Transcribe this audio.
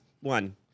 one